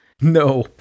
No